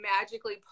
magically